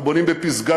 אנחנו בונים בפסגת-זאב,